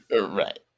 Right